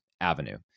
avenue